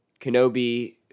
Kenobi